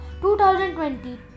2020